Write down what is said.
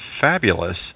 fabulous